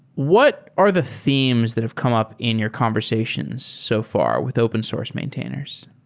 what are the themes that have come up in your conversations so far with open source maintainers?